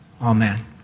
Amen